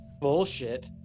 bullshit